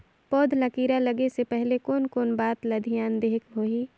पौध ला कीरा लगे से पहले कोन कोन बात ला धियान देहेक होही?